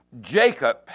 Jacob